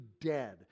dead